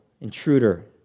intruder